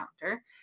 counter